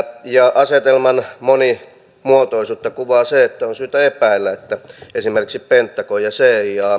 asetelman monimuotoisuutta kuvaa se että on syytä epäillä että esimerkiksi pentagon ja cia